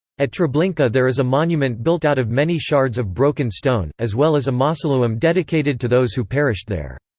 at treblinka there is a monument built out of many shards of broken stone, as well as a mausoluem dedicated to those who perished there.